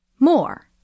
More